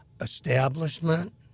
establishment